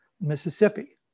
Mississippi